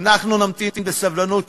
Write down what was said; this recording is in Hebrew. אנחנו נמתין בסבלנות.